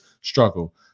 struggle